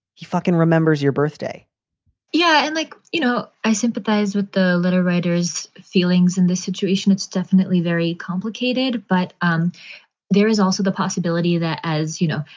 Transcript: he fucking remembers your birthday yeah. and like, you know, i sympathize with the little writer's feelings in this situation. it's definitely very complicated. but um there is also the possibility that, as you know,